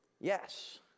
Yes